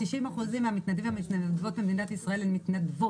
90% מן המתנדבים והמתנדבות במדינת ישראל הם מתנדבות.